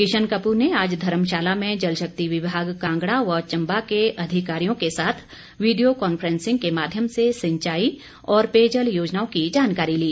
किशन कपूर ने आज धर्मशााला मे जल शक्ति विभाग कांगड़ा व चंबा के अधिकारियों के साथ वीडियो कांफ्रेसिंग के माध्यम से सिंचाई और पेयजल योजनाओं की जानकारी ली